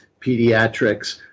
pediatrics